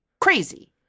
crazy